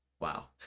wow